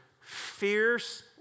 fierce